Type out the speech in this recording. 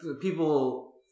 people